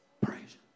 praise